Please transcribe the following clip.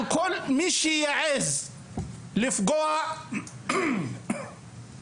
על כל מי שיעז לפגוע במדינה,